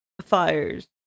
fires